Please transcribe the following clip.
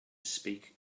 speak